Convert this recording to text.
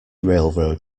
railroad